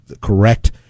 correct